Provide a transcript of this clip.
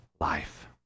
life